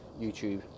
YouTube